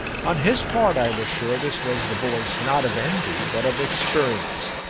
on his part, i was sure, this was the voice not of envy but of experience.